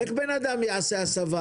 איך בן אדם יעשה הסבה,